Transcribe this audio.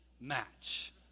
match